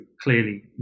clearly